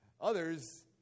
Others